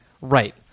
right